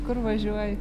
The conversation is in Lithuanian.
kur važiuoji